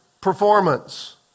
performance